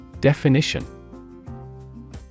Definition